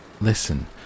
Listen